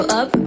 up